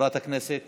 וחברת הכנסת